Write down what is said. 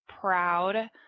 proud